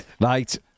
Right